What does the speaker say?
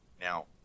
Now